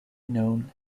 known